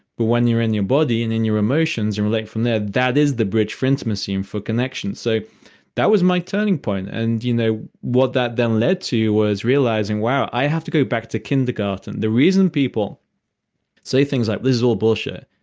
but when you're in your body and in your emotions, you relate from there. that is the bridge for intimacy and for connection. so that was my turning point. and you know what that then led to was realizing, wow. i have to go back to kindergarten. the reason people say things like, this is all bullshit.